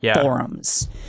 forums